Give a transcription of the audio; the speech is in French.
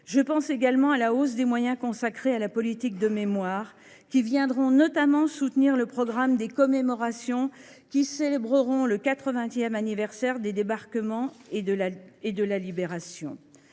Je pense également à la hausse des moyens consacrés à la politique de mémoire, qui viendront notamment soutenir le programme des cérémonies pour le 80 anniversaire des débarquements et de la Libération.